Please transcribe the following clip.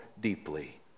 deeply